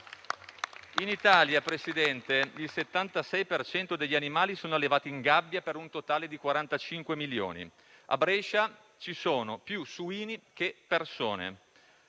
In Italia, signor Presidente, il 76 per cento degli animali è allevato in gabbia per un totale di 45 milioni: a Brescia ci sono più suini che persone.